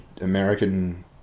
American